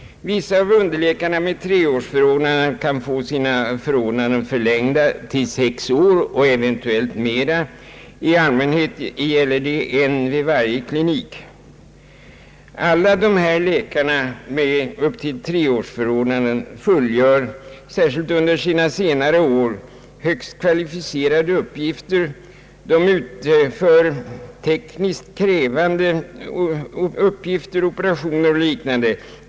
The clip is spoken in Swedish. Vissa av underläkarna med treårsförordnande kan få sina förordnanden förlängda till sex år och eventuellt mera; i allmänhet gäller detta en vid varje klinik. Alla läkare med upp till treårsförordnanden fullgör, särskilt under sina senare år, högst kvalificerade uppgifter. De utför tekniskt krävande uppgifter, operationer och liknande.